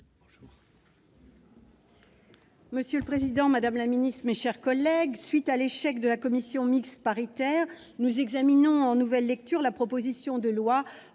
Monsieur le président, madame la ministre, mes chers collègues, à la suite de l'échec de la commission mixte paritaire, nous examinons en nouvelle lecture la proposition de loi